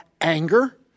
anger